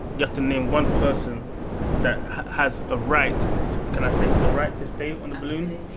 you have to name one person that has a right can i say has a right to stay on the balloon,